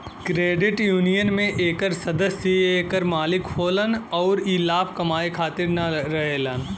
credit union में एकर सदस्य ही एकर मालिक होलन अउर ई लाभ कमाए खातिर न रहेला